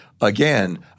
Again